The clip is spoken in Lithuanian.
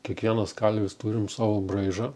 kiekvienas kalvis turim savo braižą